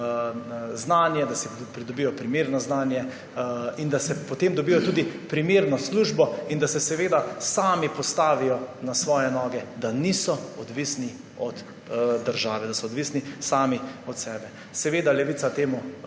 da pridobijo primerno znanje in da si potem dobijo tudi primerno službo in da se seveda sami postavijo na svoje noge, da niso odvisni od države, da so odvisni sami od sebe. Seveda Levica temu